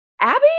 Abby